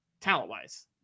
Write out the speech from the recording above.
talent-wise